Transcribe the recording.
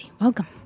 Welcome